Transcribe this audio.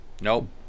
nope